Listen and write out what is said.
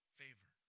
favor